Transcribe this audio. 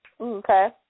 Okay